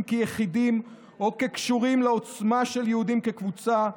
כיחידים או כקשורים לעוצמה של יהודים כקבוצה,